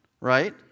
right